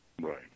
Right